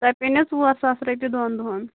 تۅہہِ پٮ۪نو ژور ساس رۄپیہِ دۅن دۄہَن